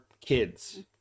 kids